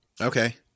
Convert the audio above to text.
Okay